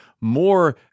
More